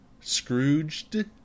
Scrooged